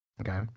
Okay